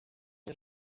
nie